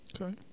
Okay